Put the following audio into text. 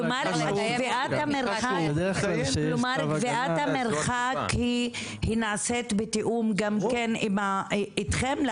כלומר, קביעת המרחק היא נעשית בתיאום גם כן אתכם?